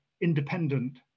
independent